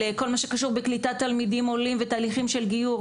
כל מה שקשור בקליטת תלמידים עולים ותהליכים של גיור,